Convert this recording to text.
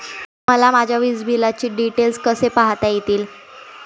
मला माझ्या वीजबिलाचे डिटेल्स कसे पाहता येतील?